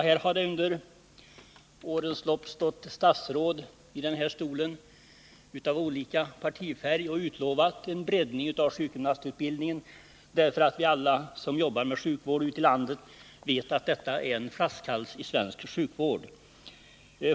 Herr talman! Det har under årens lopp stått statsråd av olika partifärg i den här talarstolen och utlovat en breddning av sjukgymnastutbildningen. Alla som jobbar med sjukvård ute i landet vet att detta är en flaskhals i svensk sjukvård.